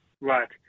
Right